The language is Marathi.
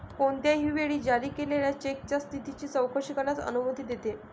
कोणत्याही वेळी जारी केलेल्या चेकच्या स्थितीची चौकशी करण्यास अनुमती देते